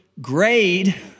grade